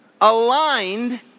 aligned